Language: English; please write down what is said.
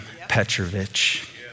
Petrovich